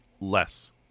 less